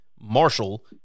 Marshall